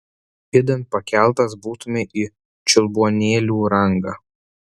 idant pakeltas būtumei į čiulbuonėlių rangą